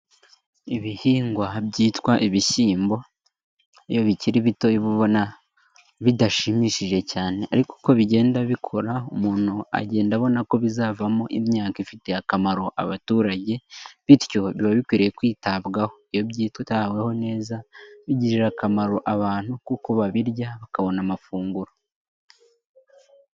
Ibihingwa byitwa ibishyimbo iyo bikiri bito uba ubona bidashimishije cyane. Ariko uko bigenda bikora umuntu agenda abona ko bizavamo imyaka ifitiye akamaro abaturage, bityo biba bikwiriye kwitabwaho. Iyo byitaweho neza bigirira akamaro abantu kuko babirya bakabona amafunguro.